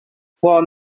for